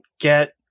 get